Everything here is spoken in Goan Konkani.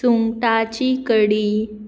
सुंगटाची कडी